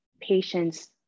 patients